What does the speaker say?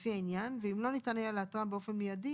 לפי העניין, ואם לא ניתן היה לאתרם באופן מידי